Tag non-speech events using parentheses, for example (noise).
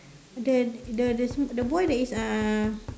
(noise) the the the boy that is uh